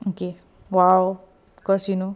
okay !wow! because you know